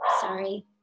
sorry